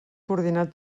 coordinat